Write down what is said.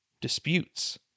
disputes